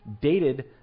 dated